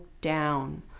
down